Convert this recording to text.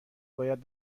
باید